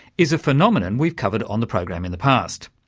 is a phenomenon we've covered on the program in the past.